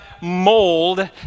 mold